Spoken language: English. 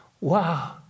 Wow